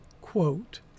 Quote